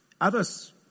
others